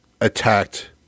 attacked